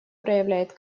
проявляет